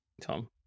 Tom